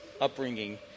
upbringing